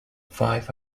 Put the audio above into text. five